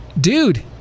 dude